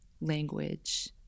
language